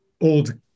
old